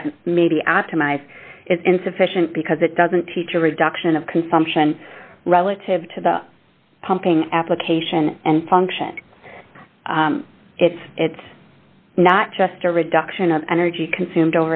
that may be optimized is insufficient because it doesn't teach a reduction of consumption relative to the pumping application and function it's it's not just a reduction of energy consumed